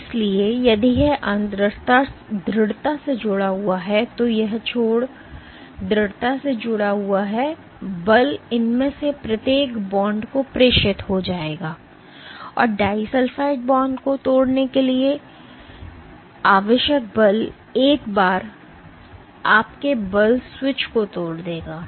इसलिए यदि यह अंत दृढ़ता से जुड़ा हुआ है और यह छोर दृढ़ता से जुड़ा हुआ है तो बल इनमें से प्रत्येक बॉन्ड को प्रेषित हो जाएगा और डाइसल्फ़ाइड बांड को तोड़ने के लिए डाइसल्फ़ाइड के लिए आवश्यक बल एक बार आपके बल स्विच को तोड़ देगा